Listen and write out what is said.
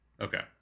okay